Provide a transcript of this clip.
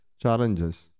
challenges